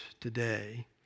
today